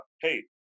hey